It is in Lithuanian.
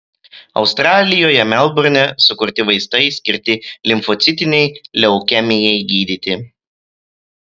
australijoje melburne sukurti vaistai skirti limfocitinei leukemijai gydyti